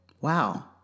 wow